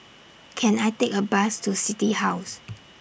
Can I Take A Bus to City House